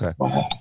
Okay